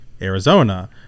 Arizona